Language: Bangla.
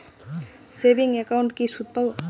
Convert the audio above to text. সেভিংস একাউন্টে কি সুদ পাব?